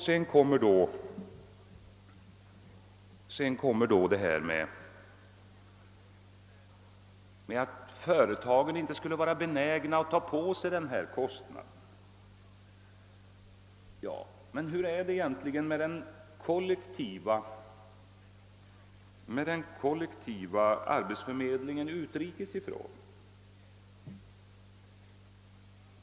Sedan sägs att företagen inte skulle vara benägna att ta på sig denna kostnad. Hur förhåller det sig egentligen med den kollektiva arbetsförmedlingen för personer från utlandet?